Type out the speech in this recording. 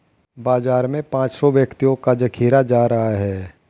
बाजार में पांच सौ व्यक्तियों का जखीरा जा रहा है